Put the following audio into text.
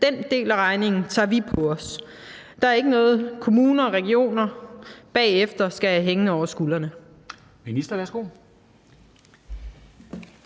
»den del af regningen tager vi på os. Det er ikke noget, kommuner og regioner bagefter skal have hængende over skulderen«?